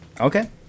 Okay